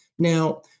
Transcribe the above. Now